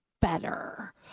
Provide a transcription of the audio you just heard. better